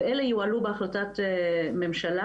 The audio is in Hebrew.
ואלה יועלו בהחלטת ממשלה,